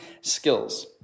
skills